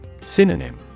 Synonym